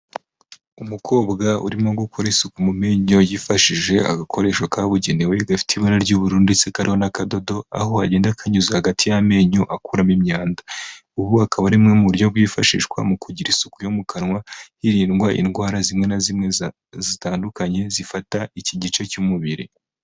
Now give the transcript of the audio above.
Umukobwa urimo gukora isuku mu menyo yifashishije agakoresho kabugenewe gafite ibara ry'ubururu ndetse kariho n'akadodo, aho agenda akanyuze hagati y'amenyo akuramo imyanda, ubu akaba ari bumwe mu buryo bwifashishwa mu kugira isuku yo mu kanwa hirindwa indwara zimwe na zimwe zitandukanye zifata iki gice cy'umubiri.